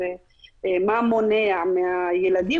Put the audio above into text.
ומה מונע מהילדים.